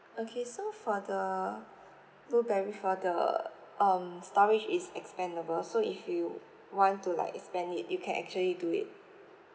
okay so for the blueberry for the um storage is expandable so if you want to like expand it you can actually do it